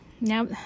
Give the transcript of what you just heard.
Now